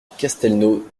castelnau